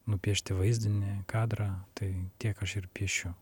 nupiešti vaizdinį kadrą tai tiek aš ir piešiu